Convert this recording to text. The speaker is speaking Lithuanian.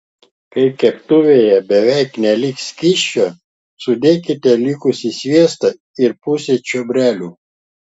kai keptuvėje beveik neliks skysčio sudėkite likusį sviestą ir pusę čiobrelių